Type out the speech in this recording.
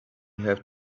have